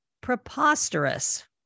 preposterous